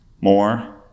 more